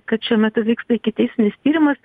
kad šiuo metu vyksta ikiteisminis tyrimas